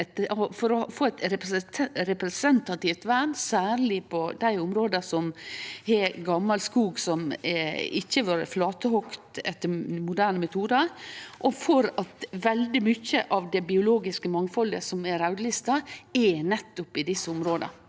med å få eit representativt vern, særleg i dei områda som har gamal skog, som ikkje har vore flatehogd etter moderne metodar, og for at veldig mykje av det biologiske mangfaldet som er raudlista, nettopp er i desse områda.